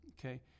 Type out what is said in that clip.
okay